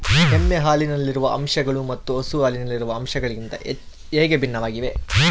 ಎಮ್ಮೆ ಹಾಲಿನಲ್ಲಿರುವ ಅಂಶಗಳು ಮತ್ತು ಹಸು ಹಾಲಿನಲ್ಲಿರುವ ಅಂಶಗಳಿಗಿಂತ ಹೇಗೆ ಭಿನ್ನವಾಗಿವೆ?